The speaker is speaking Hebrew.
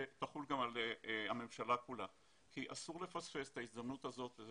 שתחול גם על הממשלה כולה כי אסור לפספס את ההזדמנות הזאת וזה